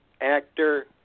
actor